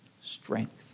strength